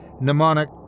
mnemonic